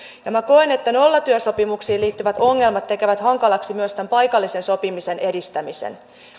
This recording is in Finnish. minä koen että nollatyösopimuksiin liittyvät ongelmat tekevät hankalaksi myös tämän paikallisen sopimisen edistämisen